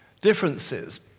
differences